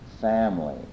family